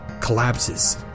collapses